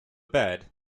bed